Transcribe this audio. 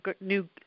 new